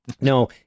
No